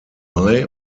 mai